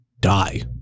die